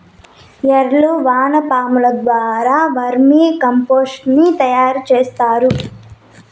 ఏర్లు వానపాముల ద్వారా వర్మి కంపోస్టుని తయారు చేస్తారు